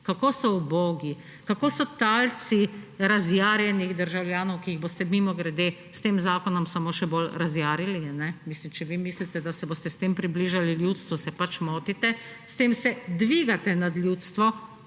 kako so ubogi, kako so talci razjarjenih državljanov, ki jih boste – mimogrede – s tem zakonom samo še bolj razjarili. Mislim! Če vi mislite, da se boste s tem približali ljudstvu, se pač motite. S tem se dvigate nad ljudstvo